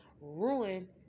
ruin